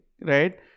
right